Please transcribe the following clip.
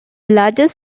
largest